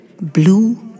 blue